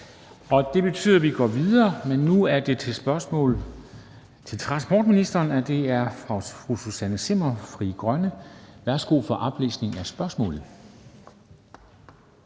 Det betyder, at vi går videre, men nu er det med spørgsmål til transportministeren, og det er fra fru Susanne Zimmer, Frie Grønne. Kl. 13:39 Spm.